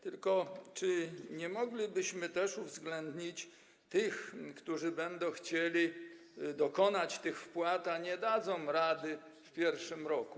Tylko czy nie moglibyśmy też uwzględnić tych, którzy będą chcieli dokonać tych wpłat, a nie dadzą rady w pierwszym roku?